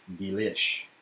delish